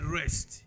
rest